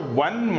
one